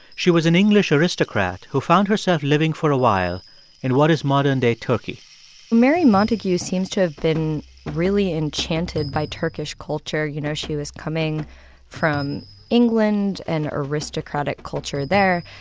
she was an english aristocrat who found herself living for a while in what is modern-day turkey mary montagu seems to have been really enchanted by turkish culture. you know, she was coming from england, an aristocratic culture there.